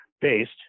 based